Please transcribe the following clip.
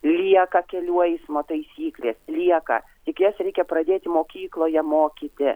lieka kelių eismo taisyklės lieka tik jas reikia pradėti mokykloje mokyti